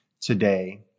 today